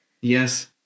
yes